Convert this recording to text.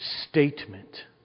statement